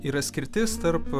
yra skirtis tarp